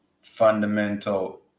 fundamental